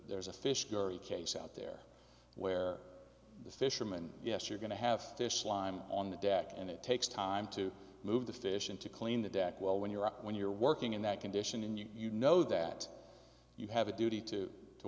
there's a fish story case out there where the fisherman yes you're going to have fish slime on the deck and it takes time to move the fish in to clean the deck well when you're up when you're working in that condition and you you know that you have a duty to to